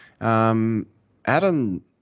Adam